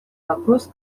вопрос